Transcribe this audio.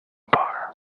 bar